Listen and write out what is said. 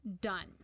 Done